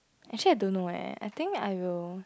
actually I don't know [eh]> I think I will